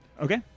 Okay